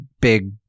big